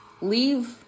leave